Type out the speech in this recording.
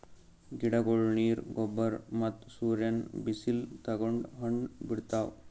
ಗಿಡಗೊಳ್ ನೀರ್, ಗೊಬ್ಬರ್ ಮತ್ತ್ ಸೂರ್ಯನ್ ಬಿಸಿಲ್ ತಗೊಂಡ್ ಹಣ್ಣ್ ಬಿಡ್ತಾವ್